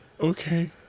Okay